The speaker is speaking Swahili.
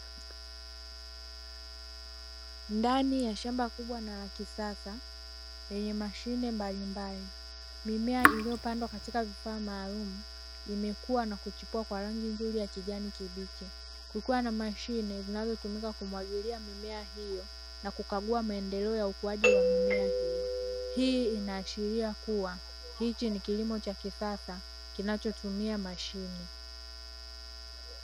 Ndani ya shamba kubwa na la kisasa lenye mashine mbalimbali, mimea iliyopandwa katika vifaa maalumu imekua na kuchipua kwa rangi nzuri ya kijani kibichi, kukiwa na mashine zinazotumika kumwagilia mimea hiyo na kukagua maendelea ya ukuaji wa mimea hiyo, hii inaashiria kuwa hiki ni kilimo cha kisasa kinachotumia mashine.